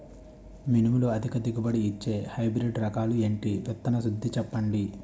మినుములు అధిక దిగుబడి ఇచ్చే హైబ్రిడ్ రకాలు ఏంటి? విత్తన శుద్ధి చెప్పండి?